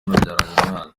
umwana